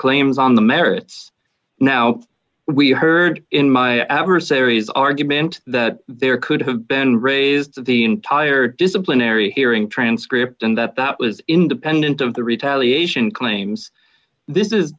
claims on the merits now we heard in my adversaries argument that there could have been raised the entire disciplinary hearing transcript and that that was independent of the retaliation claims this is